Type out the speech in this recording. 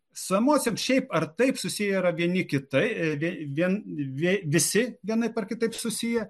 su emosijom šiaip ar taip susiję yra vieni kitai vie vien vie visi vienaip ar kitaip susiję